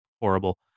horrible